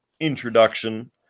introduction